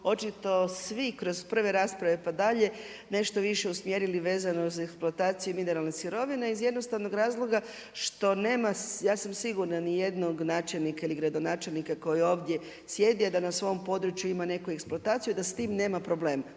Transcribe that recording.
očito svi kroz prve rasprave pa dalje nešto više usmjerili vezano za eksploataciju mineralne sirovine iz jednostavnog razloga što nema, ja sam sigurna ni jednog načelnika ili gradonačelnika koji ovdje sjedi a da na svom području ima neku eksploataciju, da s tim nema problem.